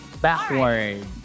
backward